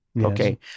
okay